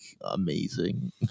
amazing